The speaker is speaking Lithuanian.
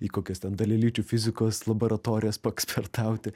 į kokias ten dalelyčių fizikos laboratorijas paekspertauti